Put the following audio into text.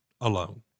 alone